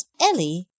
Ellie